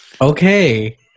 Okay